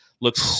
Looks